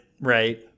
right